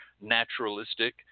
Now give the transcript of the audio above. naturalistic